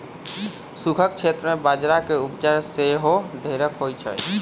सूखक क्षेत्र में बजरा के उपजा सेहो ढेरेक होइ छइ